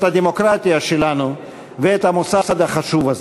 את הדמוקרטיה שלנו ואת המוסד החשוב הזה.